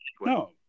No